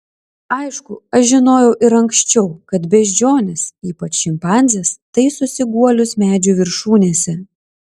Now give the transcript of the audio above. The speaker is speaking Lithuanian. aišku aš žinojau ir anksčiau kad beždžionės ypač šimpanzės taisosi guolius medžių viršūnėse